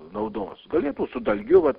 naudos galėtų su dalgiu vat